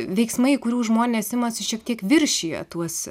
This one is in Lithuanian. veiksmai kurių žmonės imasi šiek tiek viršija tuos